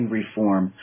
reform